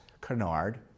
canard